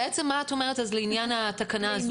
בעצם מה את אומרת לעניין התקנה הזו?